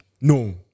No